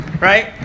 right